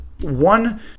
one